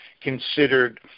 considered